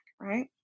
right